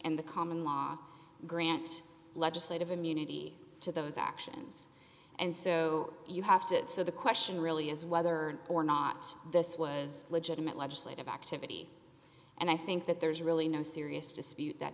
and the common law grant legislative immunity to those actions and so you have to so the question really is whether or not this was legitimate legislative activity and i think that there's really no serious dispute that